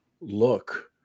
look